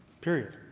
Period